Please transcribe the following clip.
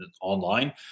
online